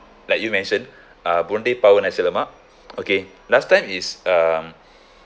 like you mention uh boon lay power nasi lemak okay last time is um